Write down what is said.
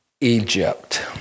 Egypt